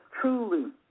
truly